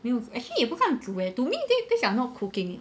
没有 actually 也不算煮 leh to me this are not cooking